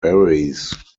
berries